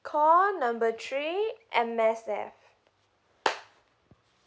call number three M_S_F